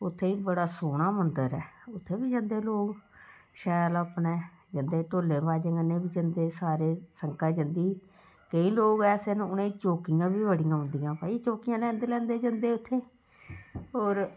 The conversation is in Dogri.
उत्थैं बी बड़ा सौह्ना मंदर ऐ उत्थें बी जंदे लोक शैल अपने जंदे ढोलें बाजें कन्नै बी जंदे सारी संगता जंदी केईं लोक ऐसे न उनेंई चौकियां बी बड़ियां औंदियां भाई चौकियां लैंदे लैंदे जंदे उत्थें होर